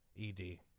Ed